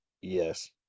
Yes